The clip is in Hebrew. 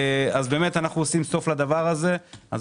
אנחנו עושים סוף לדבר הזה.